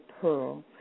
Pearl